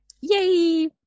Yay